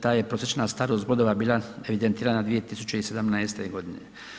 Ta je prosječna starost brodova bila evidentirana 2017. godine.